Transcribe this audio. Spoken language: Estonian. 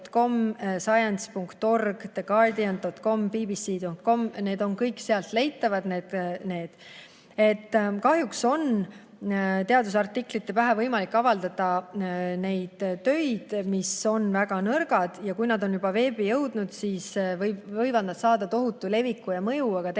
science.org, theguardian.com, bbc.com. Need on kõik leitavad. Kahjuks on teadusartiklite pähe võimalik avaldada neidki töid, mis on väga nõrgad. Ja kui nad on juba veebi jõudnud, siis võivad nad saada tohutu leviku ja mõju, aga tegelikult